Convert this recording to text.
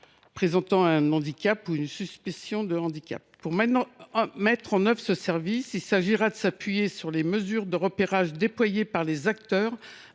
présentant un handicap ou une suspicion de handicap. Pour mettre en œuvre ce service, il conviendra de s’appuyer sur les mesures de repérage déployées par les acteurs